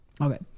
Okay